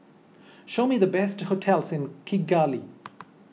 show me the best hotels in Kigali